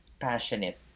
passionate